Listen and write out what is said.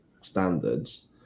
standards